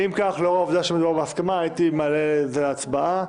אני מבקש להעלות את זה להצבעה.